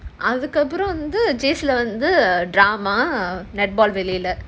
அதுக்கப்புறம் வந்து:adhukappuram vandhu J_C lah வந்து:vandhu drama netball வெளில:velila